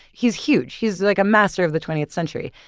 he's huge. he's like a master of the twentieth century.